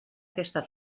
aquesta